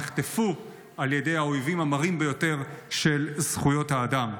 נחטפו על ידי האויבים המרים ביותר של זכויות האדם.